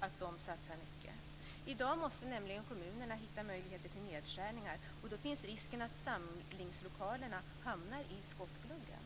Man tror att kommunerna satsar mycket, men i dag måste de hitta möjligheter till nedskärningar, och då finns risken att samlingslokalerna hamnar i skottgluggen.